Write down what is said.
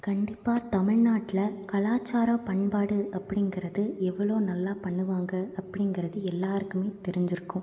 கண்டிப்பாக தமிழ்நாட்டில கலாச்சாரம் பண்பாடு அப்படிங்குறது எவ்வளோ நல்லா பண்ணுவாங்க அப்படிங்குறது எல்லாருக்குமே தெரிஞ்சிருக்கும்